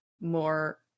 more